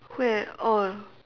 where oh